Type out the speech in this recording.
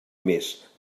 més